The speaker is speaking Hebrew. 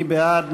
מי בעד?